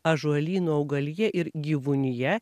ąžuolynų augalija ir gyvūnija